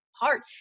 heart